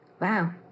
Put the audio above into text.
wow